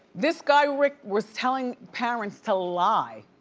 this guy rick was telling parents to lie